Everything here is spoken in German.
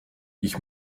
ich